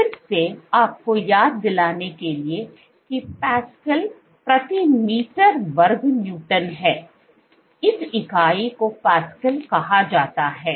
तो फिर से आपको याद दिलाने के लिए कि पास्कल प्रति मीटर वर्ग न्यूटन है इस इकाई को पास्कल कहा जाता है